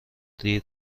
دیر